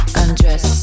undress